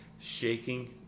shaking